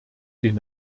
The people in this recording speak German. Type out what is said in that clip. den